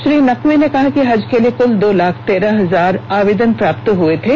श्री नकवी ने कहा कि हज के लिए कुल दो लाख तेरह हजार आवेदन प्राप्त हुए थे